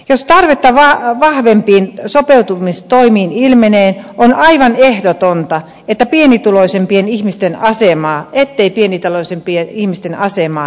jos tarvetta vahvempiin sopeutumistoimiin ilmenee on aivan ehdotonta ettei pienituloisempien ihmisten asemaa heikennetä